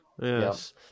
yes